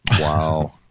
Wow